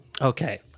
okay